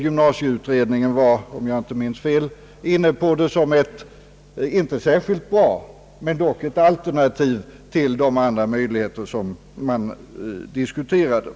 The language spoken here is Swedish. Gymnasieutredningen var, om jag inte minns fel, inne på tanken, inte som ett särskilt bra, men dock tänkbart alternativ till de andra möjligheter som man diskuterade.